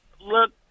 look